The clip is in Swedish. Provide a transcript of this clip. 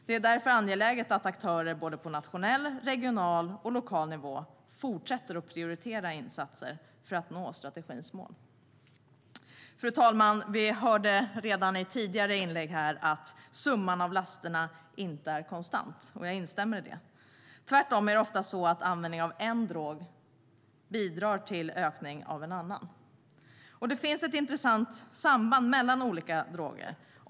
Det är därför angeläget att aktörer på nationell, regional och lokal nivå fortsätter att prioritera insatser för att nå strategins mål. Fru talman! Vi hörde redan i tidigare inlägg här att summan av lasterna inte är konstant, och jag instämmer i det. Tvärtom är det ofta så att användningen av en drog bidrar till en ökad användning av en annan. Det finns intressanta samband mellan olika droger.